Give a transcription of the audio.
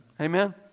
Amen